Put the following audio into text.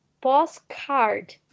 postcard